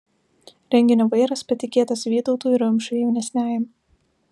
renginio vairas patikėtas vytautui rumšui jaunesniajam